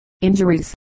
injuries